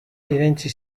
irentsi